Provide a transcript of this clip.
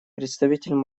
представитель